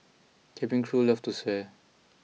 cabin crew love to swear